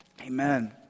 Amen